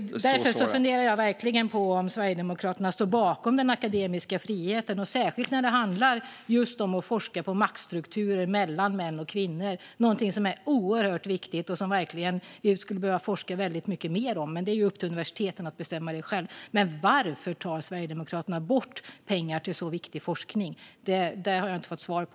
Därför funderar jag verkligen på om Sverigedemokraterna står bakom den akademiska friheten, särskilt när det handlar just om att forska om maktstrukturer mellan män och kvinnor - någonting som är oerhört viktigt och som vi verkligen skulle behöva forska mycket mer om, men det är ju upp till universiteten att själva bestämma. Varför tar Sverigedemokraterna bort pengar till så viktig forskning? Det har jag inte fått svar på.